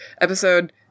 episode